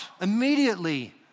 immediately